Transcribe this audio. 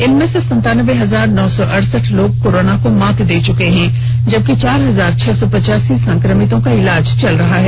इनमें से संतानबे हजार नौ सौ अड़सठ लोग कोरोना को मात दे चुके हैं जबकि चार हजार छह सौ पचासी संक्रमितों का इलाज चल रहा है